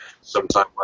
sometime